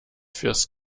fürs